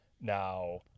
now